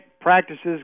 practices